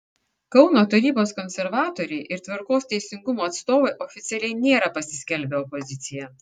kauno tarybos konservatoriai ir tvarkos ir teisingumo atstovai oficialiai nėra pasiskelbę opozicija